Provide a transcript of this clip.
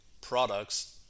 products